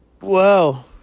Wow